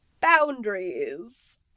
Boundaries